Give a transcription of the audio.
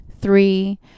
three